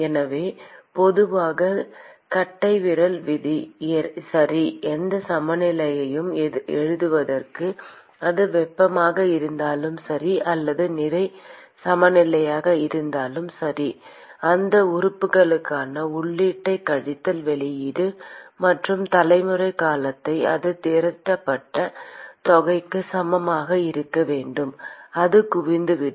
எனவே பொதுவான கட்டைவிரல் விதி சரி எந்த சமநிலையையும் எழுதுவதற்கு அது வெப்பமாக இருந்தாலும் சரி அல்லது நிறை சமநிலையாக இருந்தாலும் சரி அந்த உறுப்புக்கான உள்ளீட்டைக் கழித்தல் வெளியீடு மற்றும் தலைமுறை காலத்தை அது திரட்டப்பட்ட தொகைக்கு சமமாக இருக்க வேண்டும் அது குவிந்துவிடும்